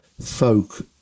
folk